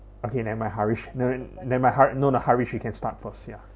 okay nevermind haresh never~ nevermind haresh no no haresh you can start first ya